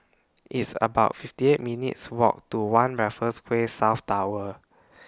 It's about fifty eight minutes' Walk to one Raffles Quay South Tower